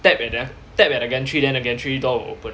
tap and then tap at the gantry then the gantry door will open